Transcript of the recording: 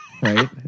Right